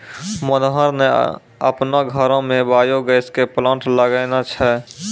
मनोहर न आपनो घरो मॅ बायो गैस के प्लांट लगैनॅ छै